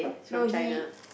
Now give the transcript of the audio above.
no he